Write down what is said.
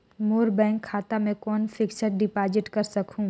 मोर bank खाता मे कौन फिक्स्ड डिपॉजिट कर सकहुं?